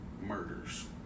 murders